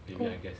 good